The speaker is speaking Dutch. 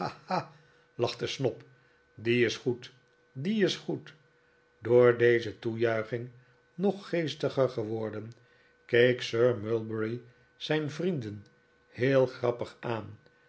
lachte snobb die is goed die is goed door deze toejuiching nog geestiger geworden keek sir mulberry zijn vrienden heel grappig aan